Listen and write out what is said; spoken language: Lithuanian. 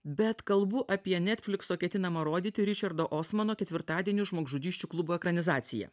bet kalbu apie netflikso o ketinamą rodyti ričardo osmano ketvirtadienį žmogžudysčių klubo ekranizaciją